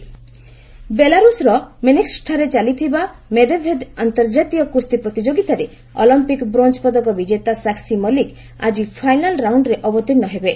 wrestling ବେଲାରୁସ୍ର ମିନ୍ସ୍କଠାରେ ଚାଲିଥିବା ମେଦେଭେଦ୍ ଅନ୍ତର୍ଜାତୀୟ କୁସ୍ତି ପ୍ରତିଯୋଗିତାରେ ଅଲମ୍ପିକ୍ ବ୍ରୋଞ୍ ପଦକ ବିଜେତା ସାକ୍ଷୀ ମଲ୍ଲିକ ଆକି ଫାଇନାଲ୍ ରାଉଣ୍ଡ୍ରେ ଅବତୀର୍ଷ୍ଣ ହେବେ